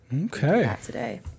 Okay